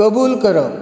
कबूल करप